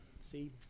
See